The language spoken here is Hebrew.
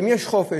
ואם יש חופשה,